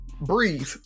breathe